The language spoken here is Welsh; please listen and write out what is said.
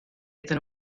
iddyn